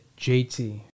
JT